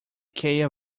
kaye